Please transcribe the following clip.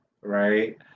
right